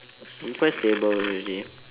we quite stable already